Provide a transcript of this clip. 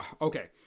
okay